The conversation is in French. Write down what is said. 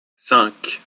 cinq